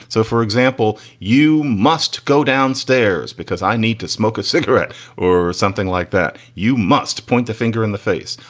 so, for example, you must go downstairs because i need to smoke a cigarette or something like that. you must point the finger in the face.